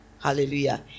hallelujah